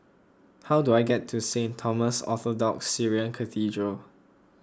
how do I get to Saint Thomas Orthodox Syrian Cathedral